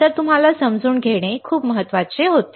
तर तुम्हाला समजून घेणे खूप महत्वाचे होते